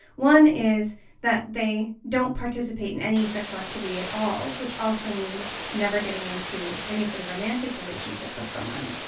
one is that they don't participate in any sexual activity at all, which also means never getting into any sort of romantic relationship with someone.